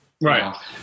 right